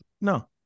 No